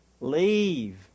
Leave